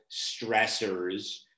stressors